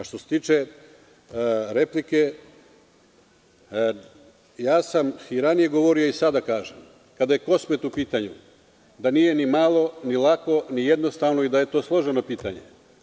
Što se tiče replike, i ranije sam govorio, a i sada da kažem, kada je Kosmet upitanju da nije ni malo ni lako ni jednostavno i da je to složeno pitanje.